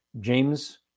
James